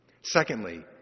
Secondly